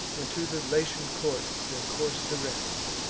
and to the latian court their course directs,